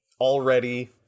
Already